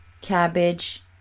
cabbage